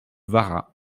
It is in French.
varax